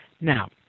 Now